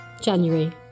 January